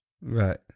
Right